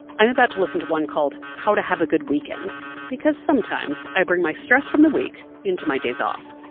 i'm about to listen to one called how to have a good weekend because sometimes, i bring my stress from the week into my days off.